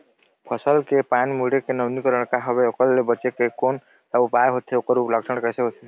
फसल के पान मुड़े के नवीनीकरण का हवे ओकर ले बचे के कोन सा उपाय होथे ओकर लक्षण कैसे होथे?